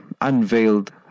unveiled